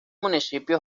municipio